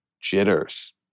jitters